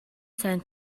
сайн